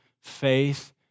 faith